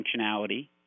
functionality